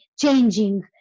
changing